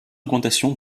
augmentation